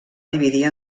dividir